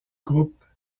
groupe